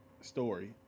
story